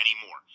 anymore